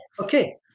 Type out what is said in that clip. okay